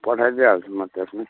पठाइदिई हाल्छु म त्यसमै